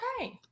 Okay